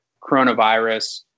coronavirus